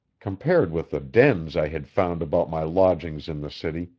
compared with the dens i had found about my lodgings in the city,